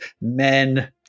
men